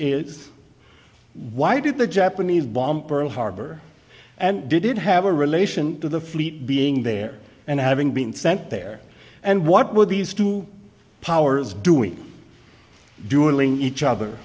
is why did the japanese bombed pearl harbor and did it have a relation to the fleet being there and having been sent there and what were these two powers doing dueling each other